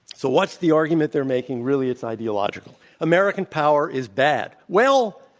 so what's the argument they're making? really, it's ideological. american power is bad. well,